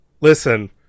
Listen